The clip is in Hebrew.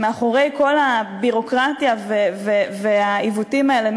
מאחורי כל הביורוקרטיה והעיוותים האלה?